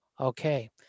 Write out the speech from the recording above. Okay